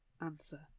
answer